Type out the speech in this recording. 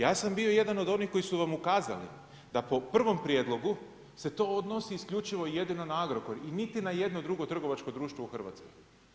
Ja sam bio jedan od onih koji su vam ukazali da po prvom prijedlogu se to odnosi isključivo i jedino na Agrokor i niti na jedno drugo trgovačko društvo u Hrvatskoj.